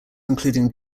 including